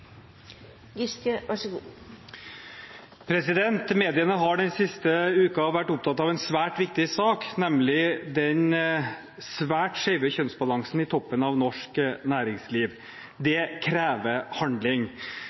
Mediene har den siste uken vært opptatt av en svært viktig sak, nemlig den svært skjeve kjønnsbalansen i toppen av norsk næringsliv. Det krever handling.